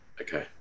Okay